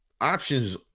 Options